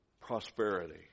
Prosperity